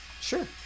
Sure